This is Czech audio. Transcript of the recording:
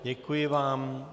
Děkuji vám.